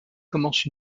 commence